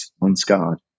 unscarred